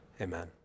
Amen